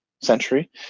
century